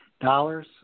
dollars